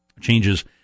changes